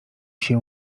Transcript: się